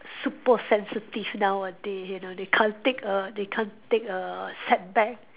super sensitive nowadays you know they can't take a they can't take a setback